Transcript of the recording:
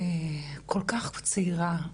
כל כך צעירה.